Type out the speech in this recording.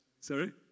sorry